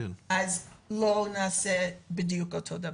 אז לא נעשה בדיוק אותו דבר.